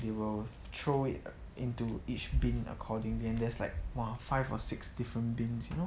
they will throw it into each bin accordingly and there's like !wah! five or six different beans you know